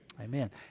Amen